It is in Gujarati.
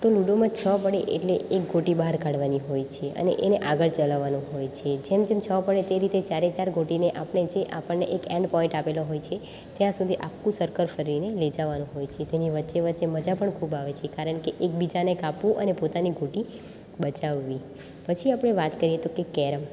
તો લૂડોમાં છ પડે એટલે એક ગોટી બહાર કાઢવાની હોય છે અને એને આગળ ચલાવવાનું હોય છે જેમ જેમ છ પડે તે રીતે ચારે ચાર ગોટીને આપણે જે આપણને એક એન્ડ પોઈન્ટ આપેલો હોય છે ત્યાં સુધી આખું સર્કલ ફરીને લઈ જવાનું હોય છે તેની વચ્ચે વચ્ચે મજા પણ ખૂબ આવે છે કારણ કે એકબીજાને કાપવું અને પોતાની ગોટી બચાવવી પછી આપણે વાત કરીએ તો કે કેરમ